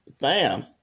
Bam